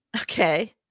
Okay